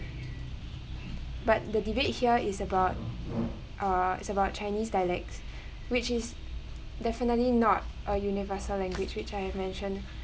but the debate here is about uh it's about chinese dialects which is definitely not a universal language which I have mentioned